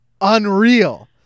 unreal